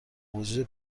وجود